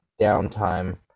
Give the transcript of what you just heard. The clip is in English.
downtime